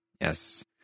yes